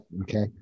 Okay